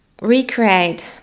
recreate